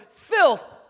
Filth